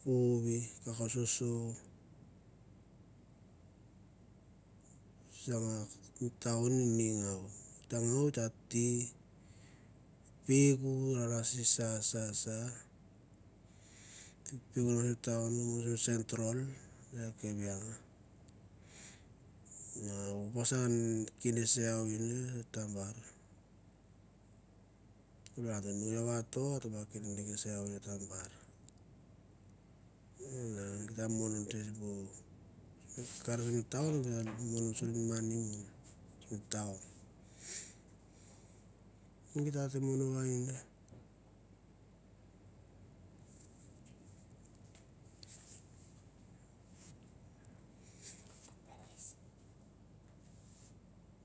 peuk nge ra sa sa sa peuk i central vuse o ken ven ne i tabar va at ba vato uta ba ken se iaui tabar.